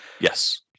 Yes